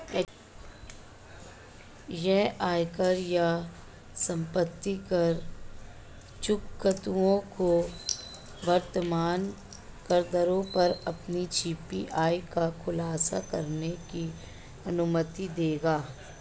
यह आयकर या संपत्ति कर चूककर्ताओं को वर्तमान करदरों पर अपनी छिपी आय का खुलासा करने की अनुमति देगा